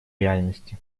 реальности